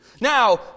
Now